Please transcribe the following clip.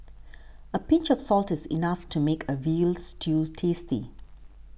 a pinch of salt is enough to make a Veal Stew tasty